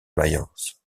mayence